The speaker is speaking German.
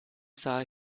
sah